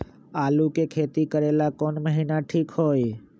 आलू के खेती करेला कौन महीना ठीक होई?